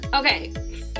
Okay